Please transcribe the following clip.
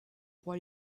roi